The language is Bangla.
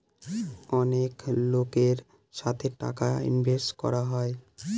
অনেক লোকের সাথে টাকা ইনভেস্ট করা হয়